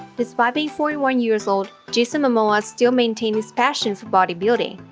despite being forty one years old, jason momoa still maintains his passion for bodybuilding.